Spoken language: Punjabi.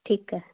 ਠੀਕ ਹੈ